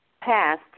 passed